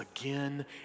again